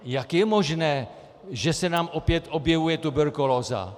Jak je možné, že se nám opět objevuje tuberkulóza?